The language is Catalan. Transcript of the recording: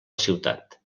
ciutat